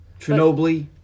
Chernobyl